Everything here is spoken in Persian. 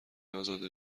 ازاده